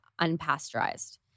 unpasteurized